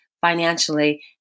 financially